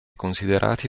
considerati